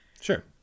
sure